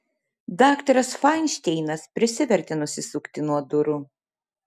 daktaras fainšteinas prisivertė nusisukti nuo durų